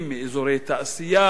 מאזורי תעשייה,